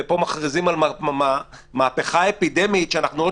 ופה מכריזים על מהפכה אפידמית שעוד